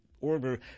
order